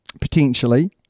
potentially